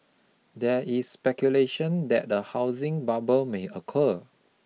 there is speculation that a housing bubble may occur